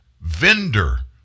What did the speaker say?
vendor